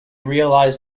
realize